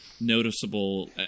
noticeable